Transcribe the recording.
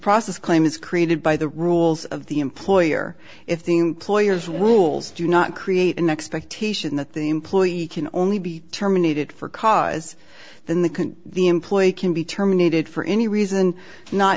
process claim is created by the rules of the employer if the employer's wools do not create an expectation that the employee can only be terminated for cause than they can the employee can be terminated for any reason not